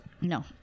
No